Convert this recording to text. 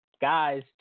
guys